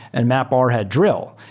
and mapr had drill.